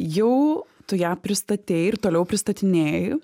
jau tu ją pristatei ir toliau pristatinėji